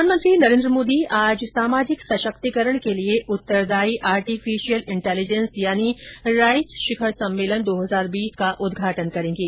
प्रधानमंत्री नरेन्द्र मोदी आज सामाजिक सशक्तिकरण के लिए उत्तरदायी आर्टिफिशियल इंटेलिजेंस यानी राइस शिखर सम्मेलन का उद्घाटन करेंगे